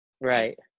Right